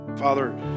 Father